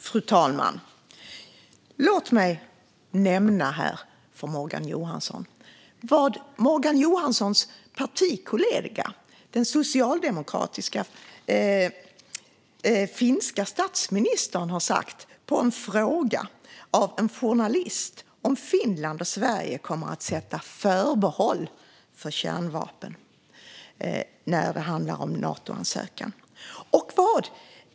Fru talman! Låt mig nämna för Morgan Johansson vad hans partikollega, den socialdemokratiska finländska statsministern, svarat på en journalists fråga om Finland och Sverige kommer att göra förbehåll för kärnvapen vid Natoansökan.